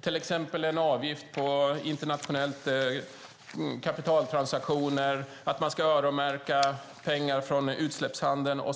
till exempel en avgift på internationella kapitaltransaktioner och öronmärkning av pengar från utsläppshandeln.